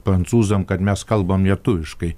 prancūzams kad mes kalbam lietuviškai